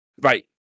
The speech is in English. right